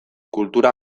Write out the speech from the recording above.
kultura